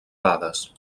dades